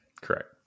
correct